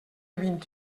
vint